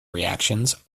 reactions